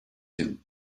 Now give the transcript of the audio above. him